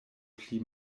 pli